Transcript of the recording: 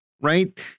right